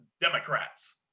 Democrats